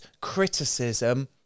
criticism